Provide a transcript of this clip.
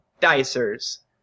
dicers